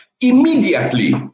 immediately